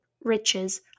riches